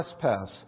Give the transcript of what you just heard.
trespass